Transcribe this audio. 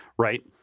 Right